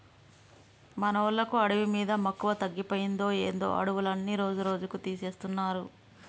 మనోళ్ళకి అడవి మీద మక్కువ తగ్గిపోయిందో ఏందో అడవులన్నీ రోజురోజుకీ తీసేస్తున్నారు